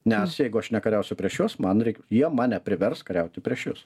nes jeigu aš nekariausiu prieš juos man reik jie mane privers kariauti prieš jus